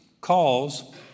calls